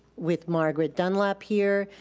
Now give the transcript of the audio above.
with margaret dunlap here,